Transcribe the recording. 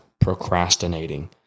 procrastinating